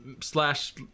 slash